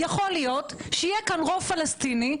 יכול להיות שיהיה כאן רוב פלסטיני,